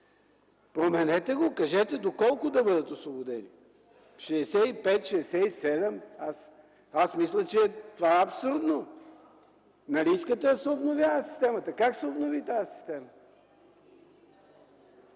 Променете го, кажете – до колко да бъдат освободени – 65, 67? Аз мисля, че това е абсурдно! Нали искате да се обновява системата, как ще се обнови тази система?!